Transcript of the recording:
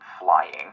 flying